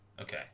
Okay